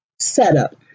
setup